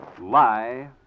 Lie